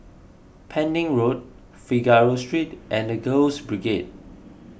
Pending Road Figaro Street and the Girls Brigade